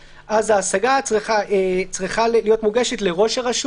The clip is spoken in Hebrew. מה שהוצג לנו שכנע אותנו שהדבר הזה אינו מגיע לרמה של